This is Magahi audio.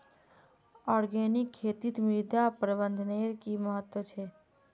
ऑर्गेनिक खेतीत मृदा प्रबंधनेर कि महत्व छे